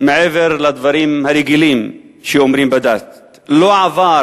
מעבר לדברים הרגילים שאומרים בדת, לא עבר